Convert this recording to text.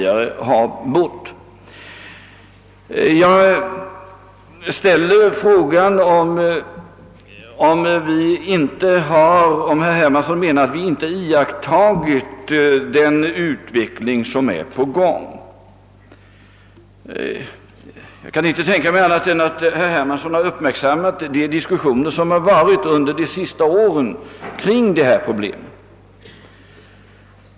Jag vill i min tur ställa frågan, om herr Hermansson verkligen menar att vi inte skulle ha iakttagit den utveckling som är på gång. Jag kan inte tänka mig annat än att herr Hermansson har uppmärksammat de diskussioner som förts under de senaste åren om dessa problem.